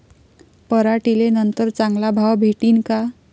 पराटीले नंतर चांगला भाव भेटीन का?